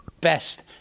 best